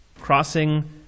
crossing